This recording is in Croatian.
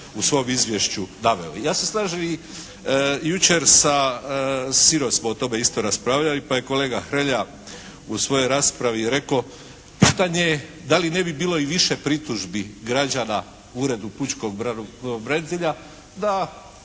u svom izvješću naveo. Ja se slažem i jučer sa, sinoć smo o tome isto raspravljali pa je kolega Hrelja u svojoj raspravio rekao: Pitanje je da li ne bi bilo i više pritužbi građana Uredu pučkog pravobranitelja da